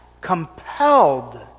compelled